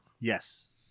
Yes